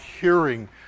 hearing